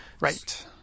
Right